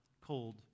cold